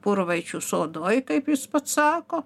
purvaičių sodoj kaip jis pats sako